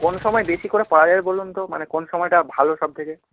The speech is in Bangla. কোন সময় বেশি করে পাওয়া যাবে বলুন তো মানে কোন সময়টা ভালো সব থেকে